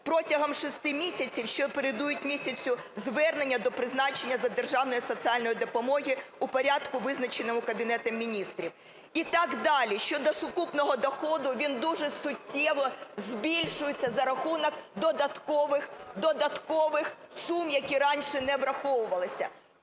протягом 6 місяців, що передують місяцю звернення до призначення державної соціальної допомоги у порядку визначеному Кабінетом Міністрів. І так далі. Щодо сукупного доходу, він дуже суттєво збільшується за рахунок додаткових сум, які раніше не враховувалися.